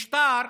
משטר,